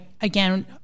again